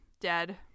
dead